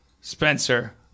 Spencer